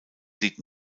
sieht